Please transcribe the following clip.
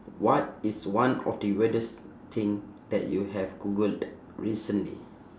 what is one of the weirdest thing that you have googled recently